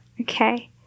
Okay